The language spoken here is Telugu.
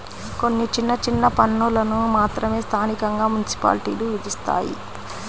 కొన్ని చిన్న చిన్న పన్నులను మాత్రమే స్థానికంగా మున్సిపాలిటీలు విధిస్తాయి